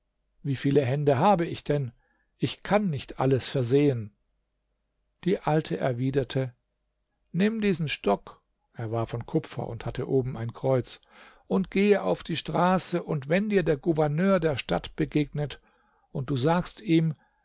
wie viele hände habe ich denn ich kann nicht alles versehen die alte erwiderte nimm diesen stock er war von kupfer und hatte oben ein kreuz und gehe auf die straße und wenn dir der gouverneur der stadt begegnet und du sagst ihm